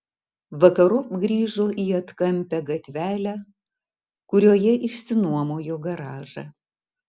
vakarop grįžo į atkampią gatvelę kurioje išsinuomojo garažą